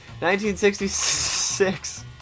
1966